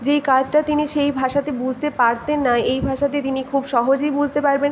যেই কাজটা তিনি সেই ভাষাতে বুঝতে পারতেন না এই ভাষাতে তিনি খুব সহজেই বুঝতে পারবেন